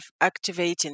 activating